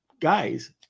guys